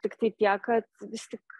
tiktai tiek kad vis tik